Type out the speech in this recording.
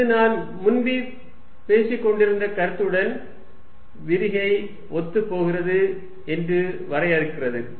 இது நான் முன்பு பேசிக் கொண்டிருந்த கருத்துக்களுடன் விரிகை ஒத்துப் போகிறது என்று வரையறுக்கிறது